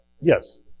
Yes